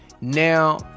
now